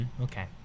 Okay